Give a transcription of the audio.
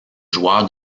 joueur